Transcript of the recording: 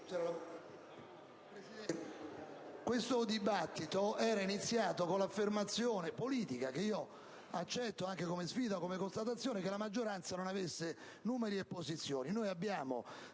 Presidente, questo dibattito era iniziato con l'affermazione politica, che accetto come sfida e come constatazione, che la maggioranza non avesse numeri e posizioni.